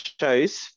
shows